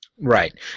Right